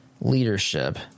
leadership